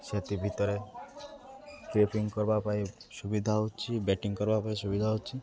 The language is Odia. ସେଥି ଭିତରେ କ୍ରେପିଙ୍ଗ କରିବା ପାଇଁ ସୁବିଧା ହେଉଛି ବ୍ୟାଟିଂ କରିବା ପାଇଁ ସୁବିଧା ହେଉଛି